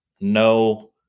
no